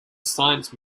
science